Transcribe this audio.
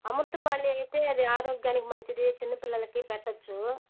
అమృతపాణి అయితే అది ఆరోగ్యానికి మంచిది చిన్నపిల్లలకి పెట్టవచ్చు